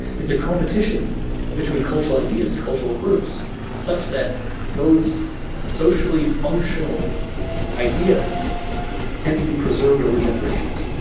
it's a competition between cultural ideas and cultural groups such that those socially functional ideas tend to be preserved over generations.